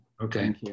Okay